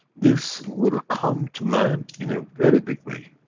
this will come to man, in a very big way,